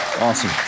awesome